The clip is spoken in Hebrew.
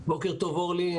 בוקר טוב, אורלי.